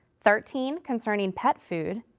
thirteen concerning pet food,